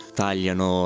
tagliano